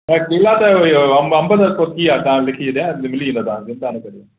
न केला अथव इहो अंब अंब अथव असां वटि लिखि छॾिया मिली वेंदा तव्हां खे चिंता न कजो